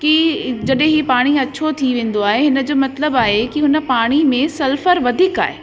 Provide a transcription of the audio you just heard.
कि जॾहिं ही पाणी अछो थी वेंदो आहे हिनजो मतलबु आहे कि हुन पाणी में सल्फर वधीक आहे